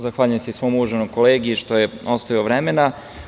Zahvaljujem se i svom uvaženom kolegi što mi je ostavio vremena.